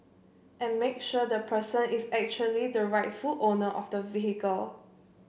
and make sure the person is actually the rightful owner of the vehicle